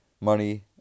money